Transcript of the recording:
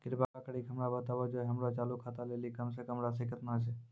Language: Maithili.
कृपा करि के हमरा बताबो जे हमरो चालू खाता लेली कम से कम राशि केतना छै?